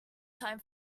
time